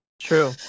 True